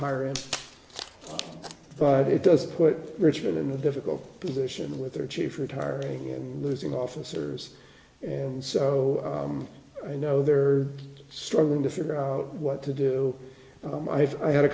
hire him but it does put richmond in a difficult position with their chief retiring and losing officers and so you know they're struggling to figure out what to do i've had a